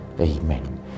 Amen